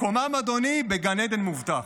מקומם בגן עדן מובטח,